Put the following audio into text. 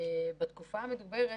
בתקופה המדוברת